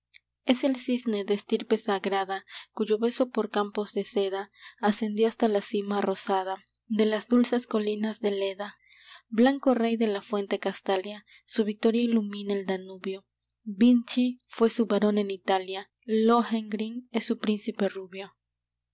es el cisne de estirpe sagrada cuyo beso por campos de seda ascendió hasta la cima rosada de las dulces colinas de leda blanco rey de la fuente castalia su victoria ilumina el danubio vinci fué su barón en italia lohengrín es su príncipe rubio